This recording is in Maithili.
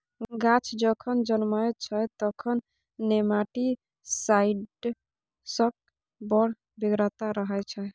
गाछ जखन जनमय छै तखन नेमाटीसाइड्सक बड़ बेगरता रहय छै